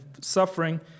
suffering